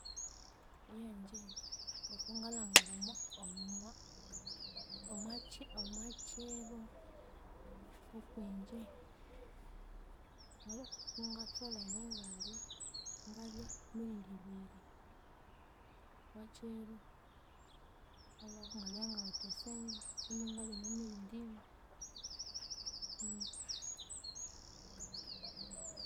Iyange ngokungalhangira omo omwakyiro okwingye kungatholere ingalya, ngalya mirundi ibiri okwakyiru aliwe ngalya ngawithe esente kwihi ingalya namirundi ini